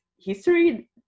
history